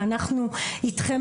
ואנחנו איתכם,